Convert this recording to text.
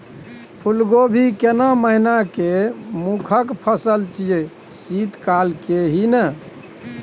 फुल कोबी केना महिना के मुखय फसल छियै शीत काल के ही न?